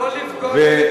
כבוד השר,